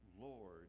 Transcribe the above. Lord